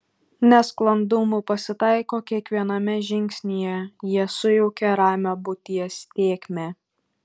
nesklandumų pasitaiko kiekviename žingsnyje jie sujaukia ramią būties tėkmę